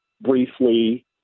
briefly